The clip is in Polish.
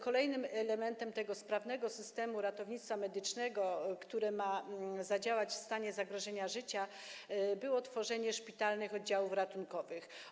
Kolejnym elementem tego sprawnego systemu ratownictwa medycznego, który ma zadziałać w stanie zagrożenia życia, było tworzenie szpitalnych oddziałów ratunkowych.